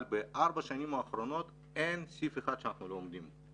אבל בארבע השנים האחרונות אין סעיף אחד שאנחנו לא עומדים בו.